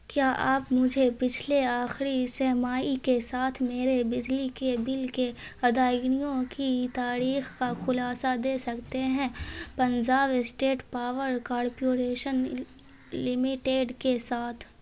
کیا آپ مجھے پچھلے آخری سرمائی کے ساتھ میرے بجلی کے بل کے ادائیگیوں کی تاریخ کا خلاصہ دے سکتے ہیں Punjab State Power Corporation Limited کے ساتھ